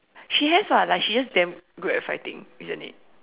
she has [what] like she just damn good at fighting isn't it